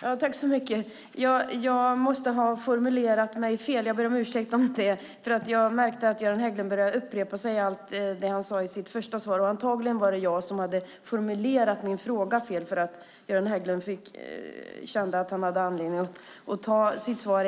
Fru talman! Jag måste ha formulerat mig fel. Jag ber om ursäkt för det. Jag märkte att Göran Hägglund började upprepa det han sade i sitt första svar. Antagligen var det jag som hade formulerat min fråga fel så att Göran Hägglund kände att han hade anledning att upprepa sitt svar.